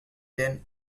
then